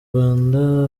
rwanda